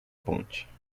ponte